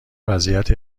وضعیت